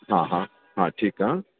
हा हा ठीकु आहे